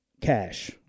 cash